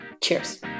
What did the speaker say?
Cheers